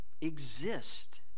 exist